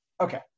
Okay